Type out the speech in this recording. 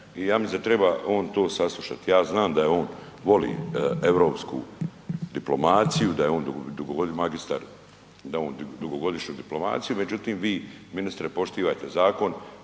da on to treba saslušati, ja znam da on voli europsku diplomaciju, da je on magistar, da je on dugogodišnju diplomaciju, međutim vi ministre poštivajte zakon,